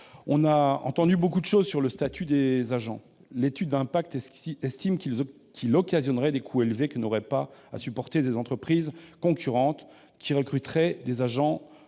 On a entendu beaucoup de choses sur le statut des agents. L'étude d'impact estime qu'il occasionnerait des coûts élevés que n'auraient pas à supporter des entreprises concurrentes qui recruteraient des agents